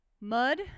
mud